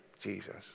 Jesus